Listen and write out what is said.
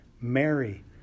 Mary